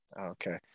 okay